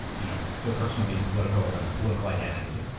you know, the person of being political and political identity.